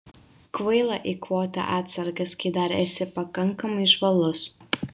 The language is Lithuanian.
kvaila eikvoti atsargas kai dar esi pakankamai žvalus